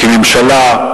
כממשלה,